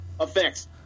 effects